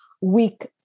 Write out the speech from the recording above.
week